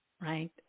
Right